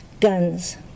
guns